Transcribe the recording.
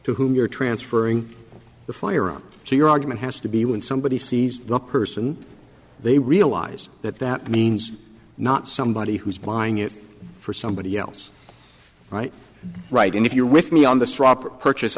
to whom you're transferring the firearms so your argument has to be when somebody sees the person they realize that that means not somebody who's buying it for somebody else right right and if you're with me on the straw purchase